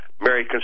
Mary